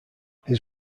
his